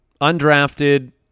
undrafted